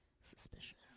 Suspicious